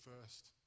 first